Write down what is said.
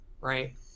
right